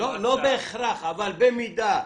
לא בהכרח, אבל במידה.